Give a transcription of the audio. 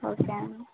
okay అండి